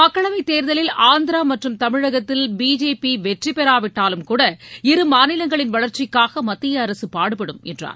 மக்களவைத் தேர்தலில் ஆந்திரா மற்றும் தமிழகத்தில் பிஜேபி வெற்றிபெறாவிட்டாலும் கூட இருமாநிலங்களின் வளர்ச்சிக்காக மத்திய அரசு பாடுபடும் என்றார்